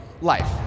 life